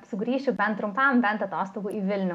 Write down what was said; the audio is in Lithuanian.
sugrįšiu bent trumpam bent atostogų į vilnių